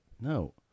No